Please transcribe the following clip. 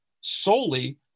solely